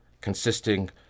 consisting